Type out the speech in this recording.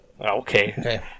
Okay